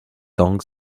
donc